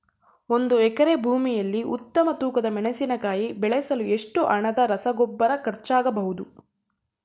ಒಂದು ಎಕರೆ ಭೂಮಿಯಲ್ಲಿ ಉತ್ತಮ ತೂಕದ ಮೆಣಸಿನಕಾಯಿ ಬೆಳೆಸಲು ಎಷ್ಟು ಹಣದ ರಸಗೊಬ್ಬರ ಖರ್ಚಾಗಬಹುದು?